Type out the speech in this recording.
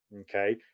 okay